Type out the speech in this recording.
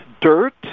dirt